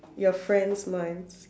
your friends minds